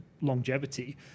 longevity